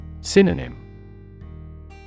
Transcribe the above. Synonym